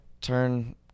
turn